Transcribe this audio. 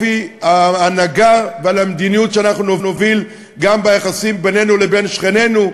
אופי ההנהגה והמדיניות שאנחנו נוביל גם ביחסים בינינו לבין שכנינו,